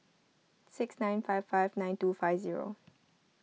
six nine five five nine two five zero